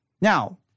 Now